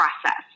process